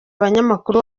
abanyamakuru